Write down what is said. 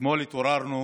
אתמול התעוררנו